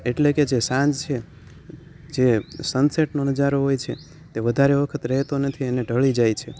એટલે કે જે સાંજ છે જે સનસેટનો નજારો હોય છે તે વધારે વખત રહેતો નથી અને ઢળી જાય છે